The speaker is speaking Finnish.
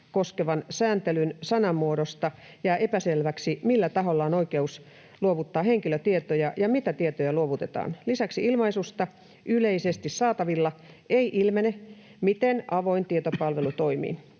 koskevan sääntelyn sanamuodosta jää epäselväksi, millä taholla on oikeus luovuttaa henkilötietoja ja mitä tietoja luovutetaan. Lisäksi ilmaisusta ”yleisesti saatavilla” ei ilmene, miten avoin tietopalvelu toimii.